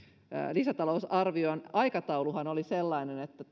lisätalousarvion aikatauluhan oli sellainen että